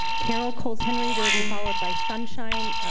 carol coles henry will be followed by sunshine,